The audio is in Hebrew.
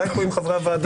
אולי פה עם חברי הוועדה.